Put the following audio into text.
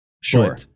Sure